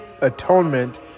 atonement